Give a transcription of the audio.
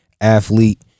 Athlete